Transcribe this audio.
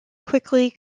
quickly